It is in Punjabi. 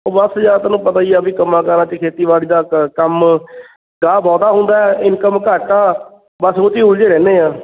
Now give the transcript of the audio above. ਬਸ ਯਾਰ ਤੈਨੂੰ ਪਤਾ ਹੀ ਆ ਵੀ ਕੰਮਾਂ ਕਾਰਾਂ 'ਚ ਖੇਤੀਬਾੜੀ ਦਾ ਕ ਕੰਮ ਗਾਹ ਬਹੁਤਾ ਹੁੰਦਾ ਇਨਕਮ ਘੱਟ ਆ ਬਸ ਉਹ 'ਚ ਉਲਝੇ ਰਹਿੰਦੇ ਹਾਂ